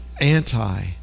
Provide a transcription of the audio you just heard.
anti